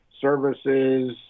services